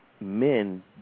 men